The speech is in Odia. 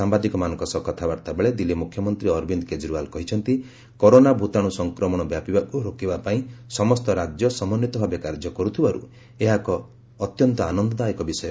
ସାମ୍ବାଦିକମାନଙ୍କ ସହ କଥାବାର୍ଭାବେଳେ ଦିଲ୍ଲୀ ମୁଖ୍ୟମନ୍ତ୍ରୀ ଅରବିନ୍ଦ କେଜରିୱାଲ୍ କହିଛନ୍ତି କରୋନା ଭୂତାଣୁ ସଂକ୍ରମଣ ବ୍ୟାପିବାକୁ ରୋକିବାପାଇଁ ସମସ୍ତ ରାଜ୍ୟ ସମନ୍ୱିତ ଭାବେ କାର୍ଯ୍ୟ କରୁଥିବାରୁ ଏହା ଏକ ଅତ୍ୟନ୍ତ ଆନନ୍ଦଦାୟକ ବିଷୟ